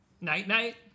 Night-night